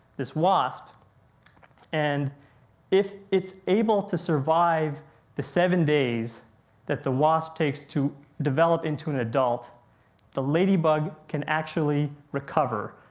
this wasp and if it's able to survive the seven days that the wasp takes to develop into an adult the ladybug can actually recover.